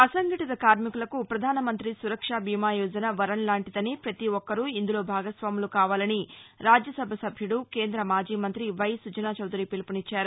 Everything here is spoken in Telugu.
అసంఘటిత కార్మికులకు ప్రధానమంత్రి సురక్ష బీమా యోజన వరంలాంటిదని పతి ఒక్కరూ ఇందులో భాగస్వాములు కావాలని రాజ్యసభ సభ్యుడు కేంద్ర మాజీ మంతి వై సుజనా చౌదరి పిలుపునిచ్చారు